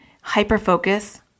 hyper-focus